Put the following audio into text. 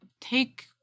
take